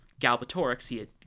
Galbatorix